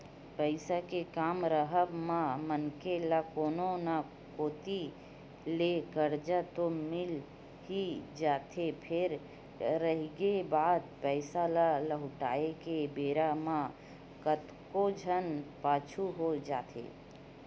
पइसा के काम राहब म मनखे ल कोनो न कोती ले करजा तो मिल ही जाथे फेर रहिगे बात पइसा ल लहुटाय के बेरा म कतको झन पाछू हो जाथे